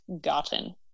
gotten